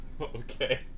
Okay